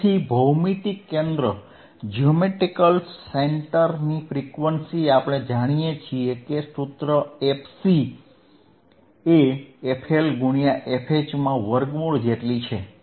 તેથી ભૌમિતિક કેન્દ્ર ની ફ્રીક્વન્સી આપણે જાણીએ છીએ કે સૂત્ર fC એ fL ગુણ્યા fHમાં વર્ગમૂળ જેટલી છે